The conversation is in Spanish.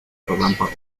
relámpago